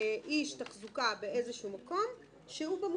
איש תחזוקה באיזשהו מקום שהוא במוסד,